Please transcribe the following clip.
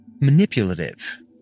manipulative